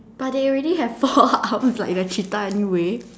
but they already have four arms like the cheetah anyway